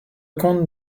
comte